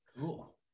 Cool